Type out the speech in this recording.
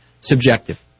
Subjective